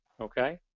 okay